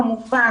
כמובן,